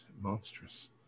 monstrous